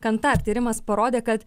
kantar tyrimas parodė kad